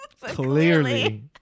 clearly